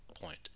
point